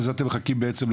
זאת אומרת שייכנס הדבר הזה.